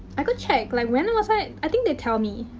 i could check. like, when was i i think they tell me.